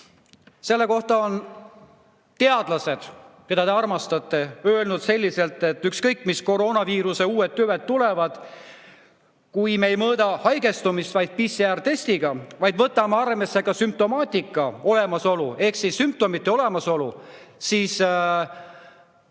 selle kohta on teadlased, keda te armastate, öelnud selliselt, et ükskõik mis koroonaviiruse uued tüved tulevad, kui me ei mõõda haigestumist ainult PCR‑testiga, vaid võtame arvesse ka sümptomaatika olemasolu ehk sümptomite olemasolu, on